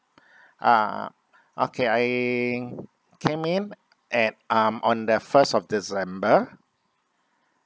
uh okay I came in at um on the first of december